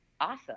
awesome